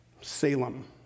Salem